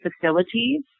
facilities